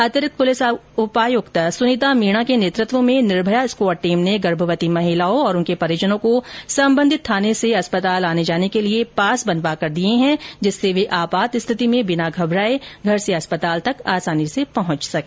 अतिरिक्त पुलिस उपायुक्त सुनीता मीना के नेतृत्व में निर्भया स्क्वॉड टीम ने गर्भवती महिला और उनके परिजनों को संबंधित थाने से अस्पताल आने जाने के लिए पास बनवाकर दिये है जिससे वे आपात स्थिति में बिना घबरायें घर से अस्पताल तक आसानी से पहुंच सके